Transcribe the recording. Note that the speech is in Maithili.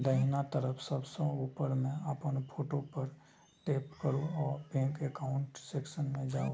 दाहिना तरफ सबसं ऊपर मे अपन फोटो पर टैप करू आ बैंक एकाउंट सेक्शन मे जाउ